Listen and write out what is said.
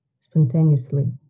spontaneously